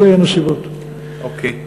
אלה הן הסיבות, אוקיי.